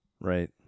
Right